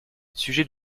sujet